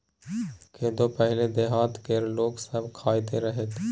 कोदो पहिले देहात केर लोक सब खाइत रहय